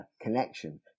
connection